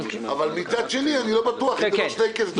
אבל מצד שני אני לא בטוח אם זה לא שלייקס --- מדיי,